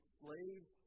slaves